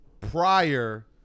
Prior